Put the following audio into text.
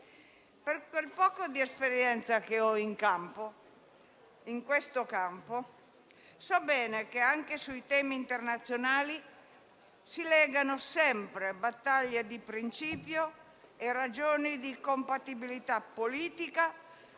Per quel poco di esperienza che ho in questo campo so bene che anche ai temi internazionali si legano sempre battaglie di principio e ragioni di compatibilità politica,